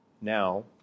now